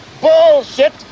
bullshit